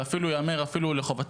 ואפילו ייאמר לחובתם,